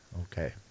Okay